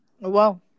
wow